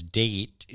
date